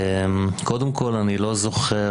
קודם כול, אני לא זוכר